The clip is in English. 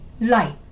light